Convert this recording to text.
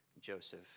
Joseph